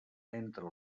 entre